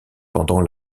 pendant